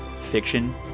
fiction